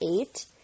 eight